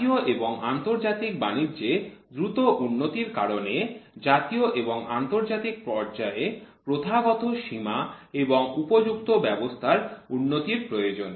জাতীয় এবং আন্তর্জাতিক বাণিজ্যে দ্রুত উন্নতির কারণে জাতীয় এবং আন্তর্জাতিক পর্যায়ে প্রথাগত সীমা এবং উপযুক্ত ব্যবস্থার উন্নতির প্রয়োজন